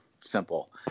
simple